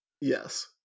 Yes